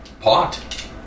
Pot